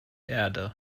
erde